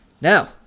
Now